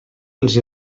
els